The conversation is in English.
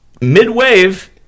Mid-wave